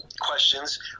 questions